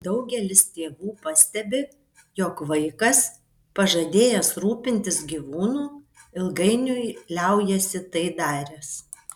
daugelis tėvų pastebi jog vaikas pažadėjęs rūpintis gyvūnu ilgainiui liaujasi tai daręs